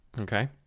okay